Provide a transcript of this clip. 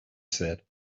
said